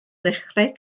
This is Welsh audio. ddechrau